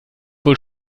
wohl